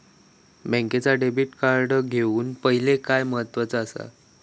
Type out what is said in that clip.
बँकेचा debit card घेउक पाहिले काय महत्वाचा असा?